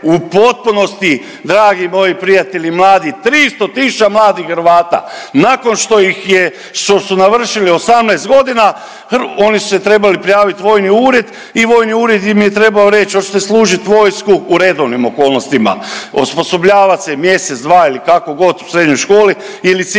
u potpunosti, dragi moji prijatelji mladi, 300 tisuća mladih Hrvata nakon što ih je, što su navršili 18 godina, oni su se trebali prijaviti u vojni ured i vojni ured im je trebao reći, hoćete služiti vojsku u redovnim okolnostima? Osposobljavati se mjesec, dva ili kako god, u srednjoj školi ili civilni